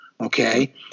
okay